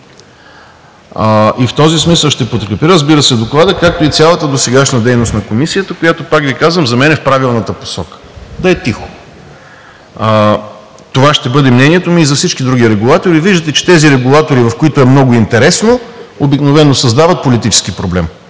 В този смисъл ще подкрепя, разбира се, Доклада, както и цялата досегашна дейност на Комисията, която, пак Ви казвам, за мен е в правилната посока – да е тихо. Това ще бъде мнението ми и за всички други регулатори. Виждате, че тези регулатори, в които е много интересно, обикновено създават политически проблем